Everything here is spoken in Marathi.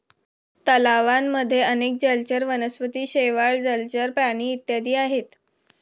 तलावांमध्ये अनेक जलचर वनस्पती, शेवाळ, जलचर प्राणी इत्यादी आहेत